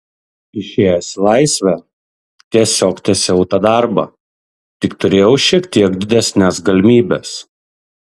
išėjęs į laisvę tiesiog tęsiau tą darbą tik turėjau šiek tiek didesnes galimybes